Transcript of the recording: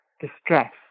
distress